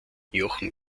jochen